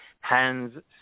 Hands